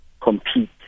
compete